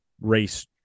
race